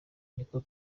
niko